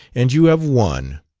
and you have won.